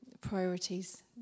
priorities